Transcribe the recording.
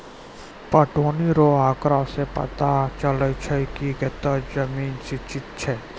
पटौनी रो आँकड़ा से पता चलै छै कि कतै जमीन सिंचित छै